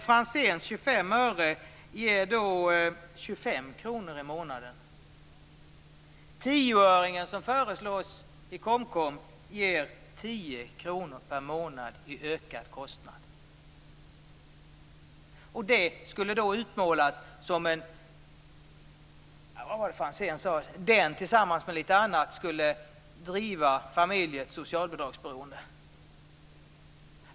Jan Olof Franzéns 25-öring medför då en kostnad med 25 Detta utmålas av Franzén som att det skulle driva familjer till ett socialbidragsberoende.